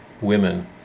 Women